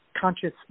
conscious